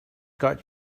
got